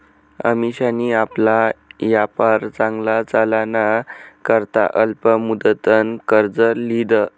अमिशानी आपला यापार चांगला चालाना करता अल्प मुदतनं कर्ज ल्हिदं